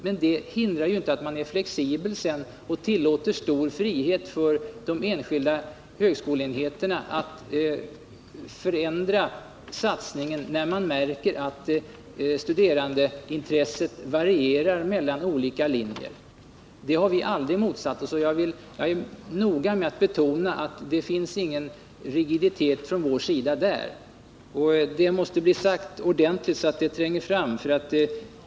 Men det hindrar ju inte att man sedan är flexibel och tillåter stor frihet för de enskilda högskoleenheterna att förändra satsningen när man märker att studerandeintresset varierar mellan olika linjer. Det har vi aldrig motsatt oss. Jag är noga med att betona att det inte finns någon rigiditet på vår sida därvidlag. Det måste bli sagt ordentligt, så att det tränger fram.